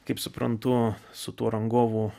kaip suprantu su tuo rangovu